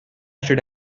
should